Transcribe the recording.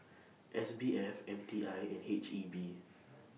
S B F M T I and H E B